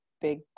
big